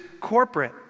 corporate